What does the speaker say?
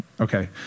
Okay